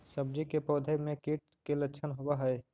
सब्जी के पौधो मे कीट के लच्छन होबहय?